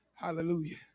Hallelujah